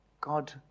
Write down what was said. God